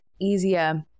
easier